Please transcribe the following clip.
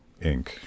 Inc